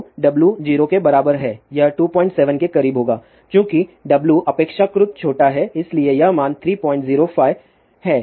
तो W 0 के बराबर है यह 27 के करीब होगा चूंकि W अपेक्षाकृत छोटा है इसलिए यह मान 305 है